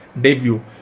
debut